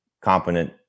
competent